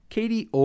Katie